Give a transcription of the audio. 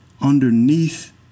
underneath